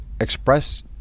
express